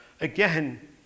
again